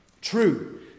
True